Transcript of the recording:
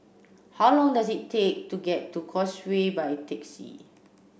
how long does it take to get to Causeway by taxi